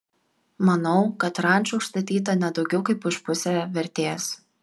manau kad ranča užstatyta ne daugiau kaip už pusę vertės